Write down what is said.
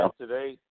today